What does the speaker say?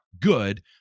good